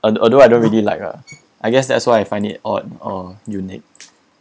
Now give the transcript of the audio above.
al~ although I don't really like ah I guess that's why I find it odd or unique